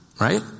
right